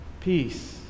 Peace